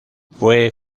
fue